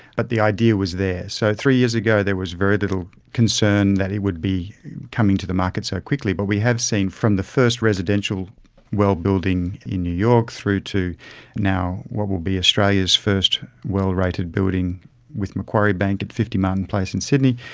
but the idea was there. so three years ago there was very little concern that it would be coming to the market so quickly, but we have seen from the first residential well building in new york, through to now what will be australia's first well rated building with macquarie bank at fifty martin place in sydney,